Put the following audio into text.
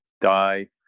die